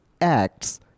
acts